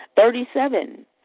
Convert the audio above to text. Thirty-seven